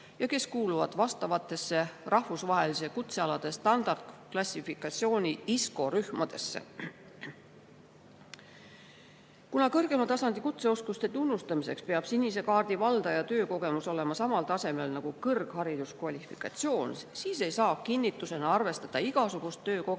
ja kes kuuluvad vastavatesse rahvusvahelise kutsealade standardklassifikatsiooni ISCO rühmadesse. Kuna kõrgema tasandi kutseoskuste tunnustamiseks peab sinise kaardi valdaja töökogemus olema samal tasemel nagu kõrghariduskvalifikatsioon, siis ei saa arvestada igasugust töökogemust,